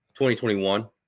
2021